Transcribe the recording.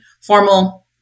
formal